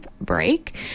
break